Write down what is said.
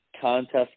contest